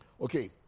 Okay